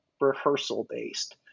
rehearsal-based